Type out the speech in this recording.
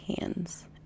hands